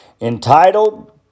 entitled